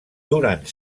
durant